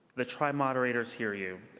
the tri-moderators hear you.